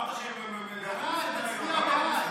אמרת להוריד מסדר-היום,